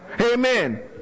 amen